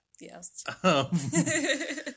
Yes